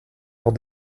hors